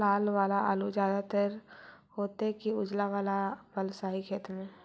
लाल वाला आलू ज्यादा दर होतै कि उजला वाला आलू बालुसाही खेत में?